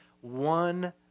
one